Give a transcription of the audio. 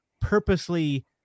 purposely